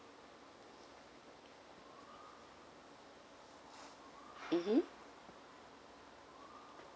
mmhmm